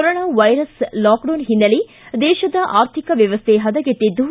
corona virus lockdown ಹಿನ್ನೆಲೆ ದೇಶದ ಆರ್ಥಿಕ ವ್ಯವಸ್ಥೆ ಪದಗೆಟ್ಟದ್ದು